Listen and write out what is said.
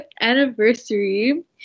anniversary